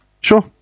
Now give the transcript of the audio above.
Sure